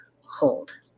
hold